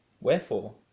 Wherefore